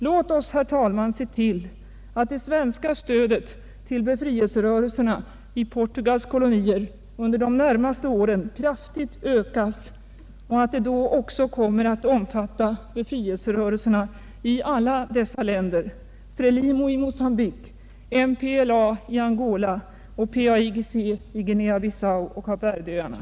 Låt oss, herr talman, se till att det svenska stödet till befrielserörelserna i Portugals kolonier under de närmaste åren kraftigt ökas och att det då också kommer att omfatta befrielscrörelserna i alla dessa länder: Frelimo i Mocambique, MPLA i Angola och PAIGC i Guinea Bissau och Cap Verdeöarna.